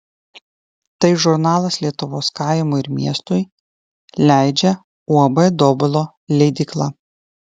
tai žurnalas lietuvos kaimui ir miestui leidžia uab dobilo leidykla